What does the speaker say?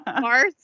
mars